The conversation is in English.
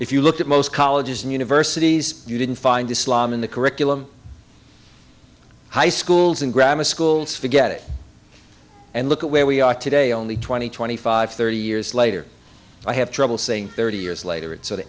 if you look at most colleges and universities you didn't find islam in the curriculum high schools in grammar schools forget it and look at where we are today only twenty twenty five thirty years later i have trouble saying thirty years later